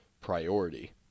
priority